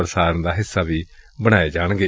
ਪੁਸਾਰਣ ਦਾ ਹਿੱਸਾ ਵੀ ਬਣਾਏ ਜਾਣਗੇ